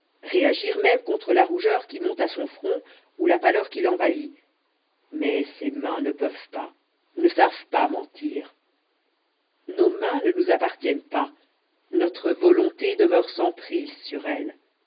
réagir même contre la rougeur qui monte à son front ou la pâleur qui l'envahit mais ses mains ne peuvent pas ne savent pas mentir nos mains ne nous appartiennent pas notre volonté demeure sans prise sur elles